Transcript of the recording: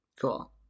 cool